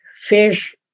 fish